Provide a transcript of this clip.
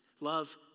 Love